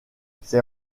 ses